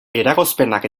eragozpenak